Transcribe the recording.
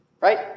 right